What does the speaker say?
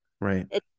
right